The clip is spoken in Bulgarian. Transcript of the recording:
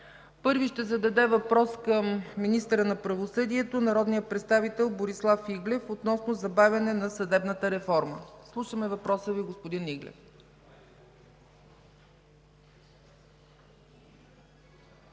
Първи ще зададе въпрос към министъра на правосъдието народният представител Борислав Иглев относно забавяне на съдебната реформа. Слушаме въпроса Ви, господин Иглев.